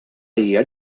hija